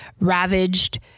ravaged